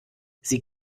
sie